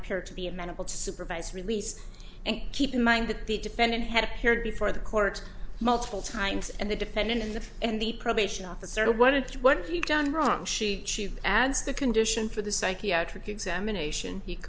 appear to be amenable to supervised release and keep in mind that the defendant had appeared before the court multiple times and the defendant in the end the probation officer wanted to what he'd done wrong she adds the condition for the psychiatric examination he